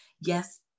Yes